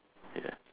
ya